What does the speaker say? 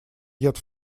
yet